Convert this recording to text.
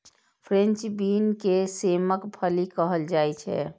French bean के सेमक फली कहल जाइ छै